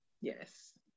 yes